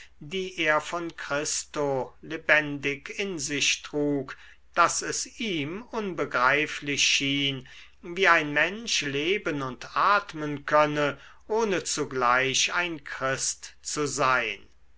die er von christo lebendig in sich trug daß es ihm unbegreiflich schien wie ein mensch leben und atmen könne ohne zugleich ein christ zu sein